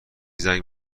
زنگ